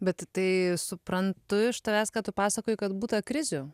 bet tai suprantu iš tavęs kad tu pasakoji kad būta krizių